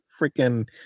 freaking